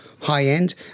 high-end